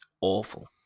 Awful